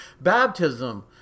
baptism